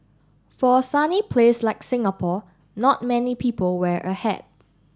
for a sunny place like Singapore not many people wear a hat